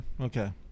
Okay